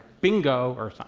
bingo! or, so